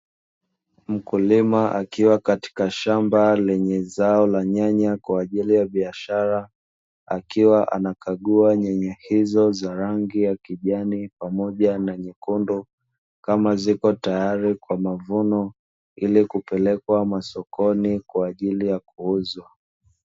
Mkulima akiwa katika shamba lenye zao la nyanya kwa ajili ya biashara, akiwa anakagua nyanya hizo za rangi ya kijani pamoja na nyekundu, kama ziko tayari kwa mavuno ili kupelekwa masokoni kwa ajili ya kuuzwa.